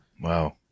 wow